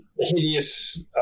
hideous